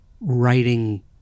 writing